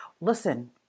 Listen